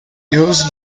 dios